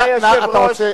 להוציא, להוציא.